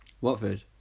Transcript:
Watford